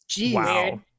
Wow